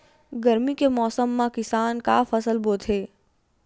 गरमी के मौसम मा किसान का फसल बोथे?